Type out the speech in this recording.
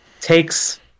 takes